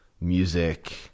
music